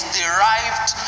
derived